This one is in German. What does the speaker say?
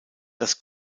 das